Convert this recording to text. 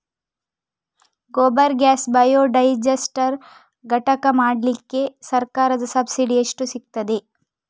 Gobar gas biodigester ಘಟಕ ಮಾಡ್ಲಿಕ್ಕೆ ಸರ್ಕಾರದ ಸಬ್ಸಿಡಿ ಎಷ್ಟು ಸಿಕ್ತಾದೆ?